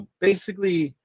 basically-